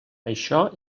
això